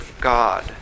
God